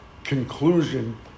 conclusion